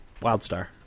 Wildstar